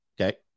Okay